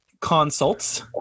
consults